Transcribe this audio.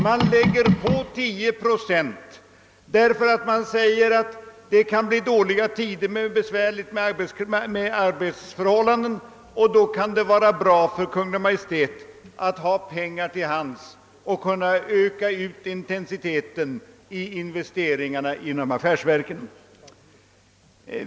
Man lägger på 10 procent därför att man menar att det kan bli dåliga tider med besvärliga arbetsförhållanden, och då kan det vara bra för Kungl. Maj:t att ha pengar till hands och kunna öka intensiteten i investeringarna inom affärsverken.